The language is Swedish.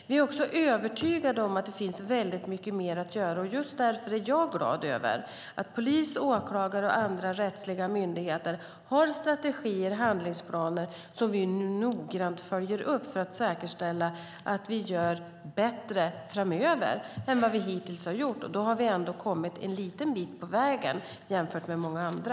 Vi är övertygade om att det finns mycket mer att göra, och just därför är jag glad över att polis, åklagare och andra rättsliga myndigheter har strategier och handlingsplaner som vi nu noggrant följer upp för att säkerställa att vi gör bättre framöver än vad vi hittills har gjort, och då har vi ändå kommit en liten bit på vägen jämfört med många andra.